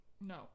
No